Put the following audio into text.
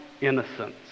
innocence